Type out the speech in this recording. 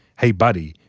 hey buddy,